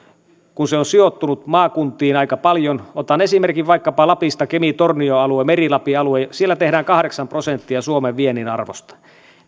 kun se on sijoittunut maakuntiin aika paljon otan esimerkin vaikkapa lapista kemin tornion alue meri lapin alue siellä tehdään kahdeksan prosenttia suomen viennin arvosta